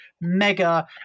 mega